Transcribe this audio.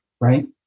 right